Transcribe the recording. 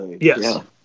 Yes